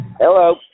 Hello